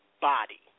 body